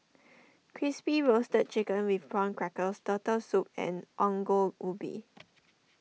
Crispy Roasted Chicken with Prawn Crackers Turtle Soup and Ongol Ubi